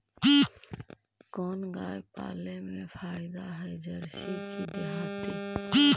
कोन गाय पाले मे फायदा है जरसी कि देहाती?